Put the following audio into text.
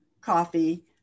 Coffee